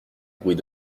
bruits